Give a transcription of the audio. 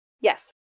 Yes